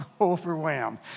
overwhelmed